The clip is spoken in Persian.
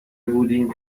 بودیم